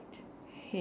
head